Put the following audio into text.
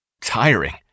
tiring